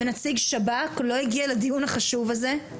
ונציג שב"כ לא הגיע לדיון החשוב הזה.